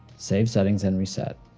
save settings and reset.